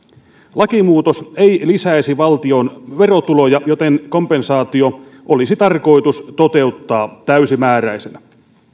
lakimuutos ei lisäisi valtion verotuloja joten kompensaatio olisi tarkoitus toteuttaa täysimääräisenä